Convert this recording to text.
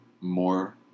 more